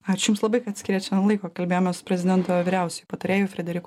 ačiū jums labai kad skyrėt šiandien laiko kalbėjomės prezidento vyriausiuoju patarėju frederiku